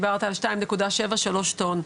דיברת על 2.73 טון.